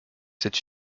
cette